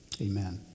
Amen